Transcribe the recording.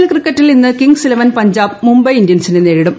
L ക്രിക്കറ്റിൽ ഇന്ന് Kings Eleven Punjab Mumbai ഇന്ത്യൻസിനെ നേരിടും